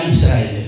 Israel